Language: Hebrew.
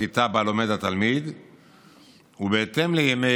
בכיתה שבה לומד התלמיד ובהתאם לימי